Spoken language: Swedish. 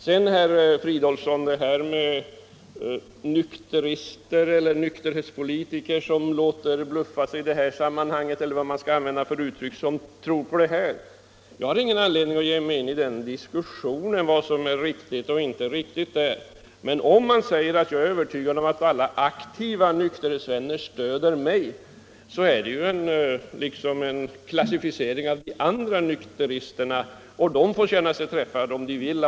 Till herr Fridolfsson vill jag säga, att jag har ingen anledning att ge mig in i diskussionen om vad som är riktigt eller inte riktigt när man påstår att nykterister eller nykterhetspolitiker här låter ”bluffa sig”. Men då jag säger att jag är övertygad om att alla aktiva nykterhetsvänner stöder mig är det ju en klassificering av de andra nykteristerna, och de får känna sig träffade om de vill.